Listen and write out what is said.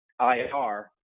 IAR